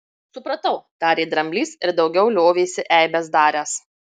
supratau tarė dramblys ir daugiau liovėsi eibes daręs